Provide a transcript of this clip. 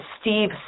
Steve